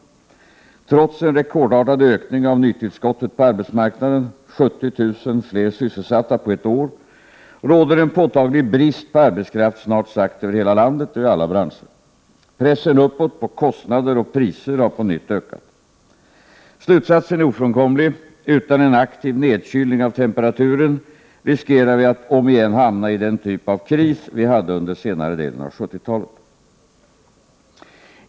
Trots en rekordartad ökning av nytillskottet på arbetsmarknaden —- 70 000 fler sysselsatta under ett år — råder en påtaglig brist på arbetskraft över snart sagt hela landet och i alla branscher. Pressen uppåt på kostnader och priser har på nytt ökat. Slutsatsen är ofrånkomlig: utan en aktiv nedkylning av temperaturen i ekonomin riskerar vi att om igen hamna i den typ av kris vi hade under senare delen av 1970-talet.